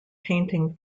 painting